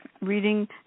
reading